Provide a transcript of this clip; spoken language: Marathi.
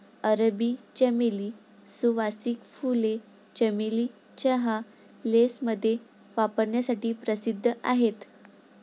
अरबी चमेली, सुवासिक फुले, चमेली चहा, लेसमध्ये वापरण्यासाठी प्रसिद्ध आहेत